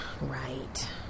Right